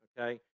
okay